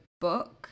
book